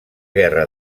guerra